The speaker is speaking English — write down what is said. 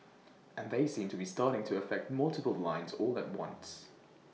and they seem to be starting to affect multiple lines all at once